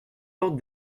porte